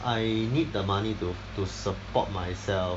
I need the money to to support myself